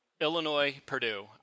Illinois-Purdue